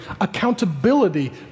accountability